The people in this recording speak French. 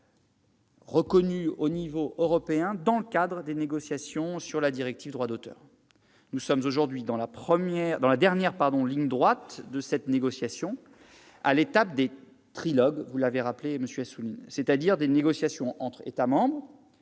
reconnu à l'échelon européen, dans le cadre des négociations sur la directive Droit d'auteur. Nous sommes aujourd'hui dans la dernière ligne droite de cette négociation, à l'étape des trilogues, vous l'avez rappelé, monsieur Assouline, c'est-à-dire des négociations entre les États membres,